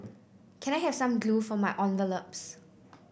can I have some glue for my envelopes